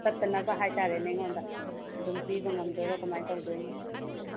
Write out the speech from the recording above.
ꯄꯠꯇꯅꯕ ꯍꯥꯏꯇꯥꯔꯦꯅꯦ ꯑꯩꯉꯣꯟꯗ ꯑꯗꯨꯝ ꯄꯤꯕ ꯉꯝꯗꯣꯏꯔ ꯀꯃꯥꯏꯅ ꯇꯧꯗꯣꯏꯅꯣ